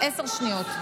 אבל עשו לך הפסקה.